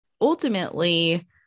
ultimately